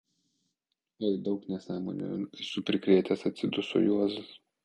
oi daug nesąmonių esu prikrėtęs atsiduso juozas